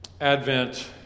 Advent